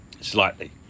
Slightly